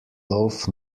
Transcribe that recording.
loaf